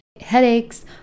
Headaches